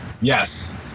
Yes